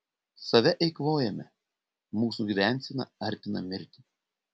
save eikvojame mūsų gyvensena artina mirtį